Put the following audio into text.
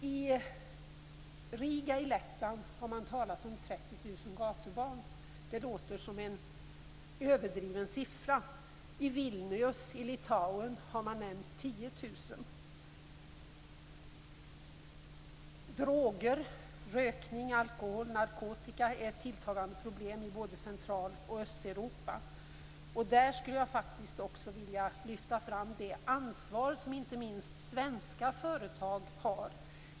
I Riga i Lettland har man talat om 30 000 gatubarn. Det låter som en överdrift. I Vilnius i Litauen har man nämnt 10 000. Droger, rökning, alkohol och narkotika är tilltagande problem i både Central och Östeuropa. Där skulle jag också vilja lyfta fram det ansvar som inte minst svenska företag har.